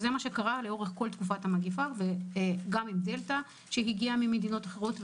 זה מה שקרה לכל אורך תקופת המגפה וגם עם הדלתא שהגיעה ממדינות אחרות,